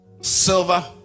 Silver